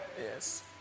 Yes